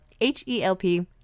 H-E-L-P